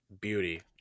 Beauty